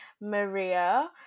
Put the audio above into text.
Maria